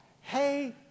hey